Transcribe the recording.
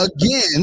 again